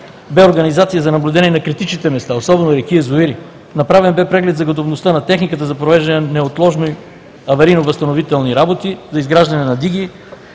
бе организация за наблюдение на критичните места, особено реки и язовири; направен бе преглед за готовността на техниката за провеждане на неотложни аварийно-възстановителни работи и за изграждане на диги;